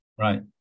Right